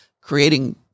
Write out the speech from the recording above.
creating